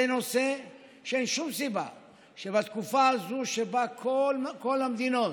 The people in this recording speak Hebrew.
זה נושא שבתקופה הזו, שבה כל המדינות,